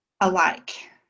alike